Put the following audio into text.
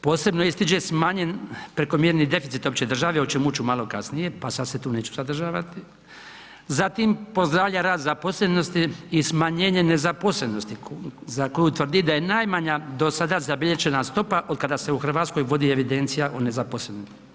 Posebno ističe smanjen prekomjerni deficit opće države o čemu ću malo kasnije pa sada se tu neću zadržavati, zatim pozdravlja rad zaposlenosti i smanjenje nezaposlenosti za koju tvrdi da je najmanja do sada zabilježena stopa otkada se u Hrvatskoj vodi evidencija o nezaposlenim.